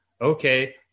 okay